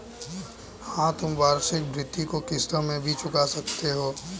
हाँ, तुम वार्षिकी भृति को किश्तों में भी चुका सकते हो